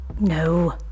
No